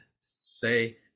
say